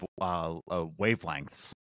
wavelengths